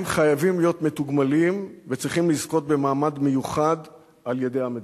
הם חייבים להיות מתוגמלים וצריכים לזכות במעמד מיוחד על-ידי המדינה.